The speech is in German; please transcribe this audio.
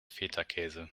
fetakäse